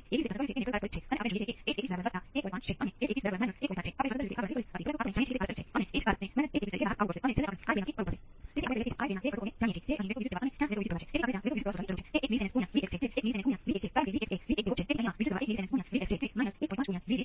તેથી Vc નું સ્વરૂપ Vc0 ઘાતાંકીય t ભાંગ્યા Rc હશે અને તેથી જો 5 વોલ્ટ સાથે Rc નું મારું ઉદાહરણ લો તો સામાન્ય રીતે આ હંમેશા સાચું હોય છે કારણ કે જ્યારે તમે હોમોજીનિયસ રેખીય વિકલન સમીકરણ માટે હલ કરો છો ત્યારે રેખીય વિકલન સમીકરણો માટે તમારા ઉકેલ મેળવી શકો